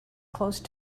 close